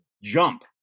jump